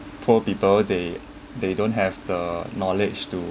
poor people they they don't have the knowledge to